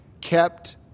kept